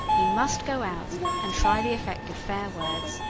he must go out and try the effect of fair words,